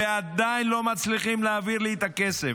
ועדיין לא מצליחים להעביר לי את הכסף.